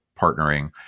partnering